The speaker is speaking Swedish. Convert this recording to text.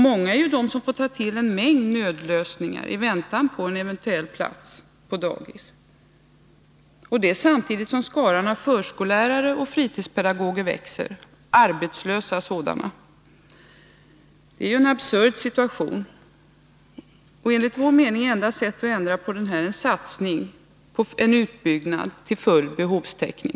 Många är de som får ta till en mängd .nödlösningar i väntan på en eventuell plats på dagis. Detta sker samtidigt som skaran av förskollärare och fritidspedagoger — arbetslösa sådana! — växer. Det är en absurd situation. Enligt vår mening är enda sättet att ändra på det en satsning på en utbyggnad till full behovstäckning.